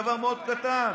דבר מאוד קטן: